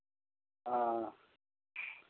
हँ